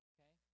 Okay